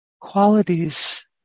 qualities